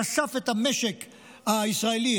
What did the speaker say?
וחשף את המשק הישראלי,